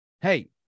Hey